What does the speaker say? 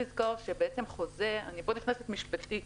אני נכנס עכשיו משפטית.